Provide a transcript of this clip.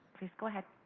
please go ahead.